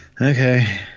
Okay